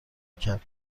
کرد